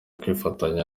kwifatanya